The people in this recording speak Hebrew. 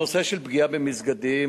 הנושא של פגיעה במסגדים,